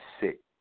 sit